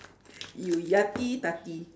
you yati tati